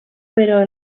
però